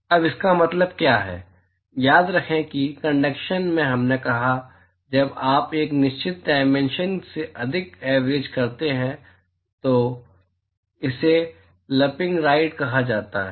अब इसका मतलब क्या है याद रखें कि कंडक्शन में हमने कहा जब आप एक निश्चित डायमेंशन से अधिक एवरेज करते हैं तो इसे लंपिंग राइट कहा जाता है